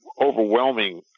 overwhelming